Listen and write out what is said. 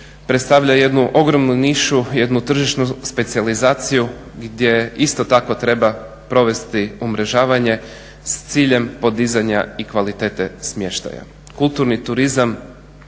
predstavlja jednu ogromnu nišu, jednu tržišnu specijalizaciju gdje isto tako treba provesti umrežavanje s ciljem podizanja i kvalitete smještaja. Kulturni turizam